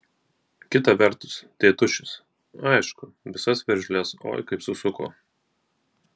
kita vertus tėtušis aišku visas veržles oi kaip susuko